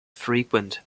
frequent